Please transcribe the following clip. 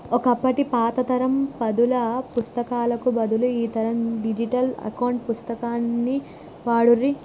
ఒకప్పటి పాత తరం పద్దుల పుస్తకాలకు బదులు ఈ తరం డిజిటల్ అకౌంట్ పుస్తకాన్ని వాడుర్రి